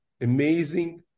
amazing